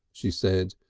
she said,